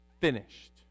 finished